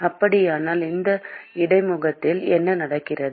அப்படியானால் இந்த இடைமுகத்தில் என்ன நடக்கிறது